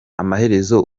amaherezo